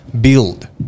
build